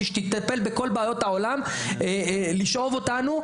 לשאוב אותנו,